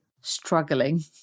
struggling